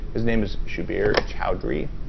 his name is subir chowdhury.